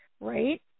right